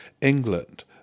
England